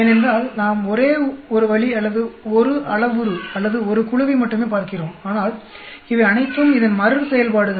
ஏனென்றால் நாம் ஒரே ஒரு வழி அல்லது ஒரு அளவுரு அல்லது ஒரு குழுவை மட்டுமே பார்க்கிறோம்ஆனால் இவை அனைத்தும் இதன் மறுசெயல்பாடுகள்